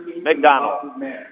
McDonald